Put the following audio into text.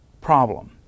problem